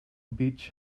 bitch